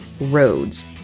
roads